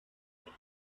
doch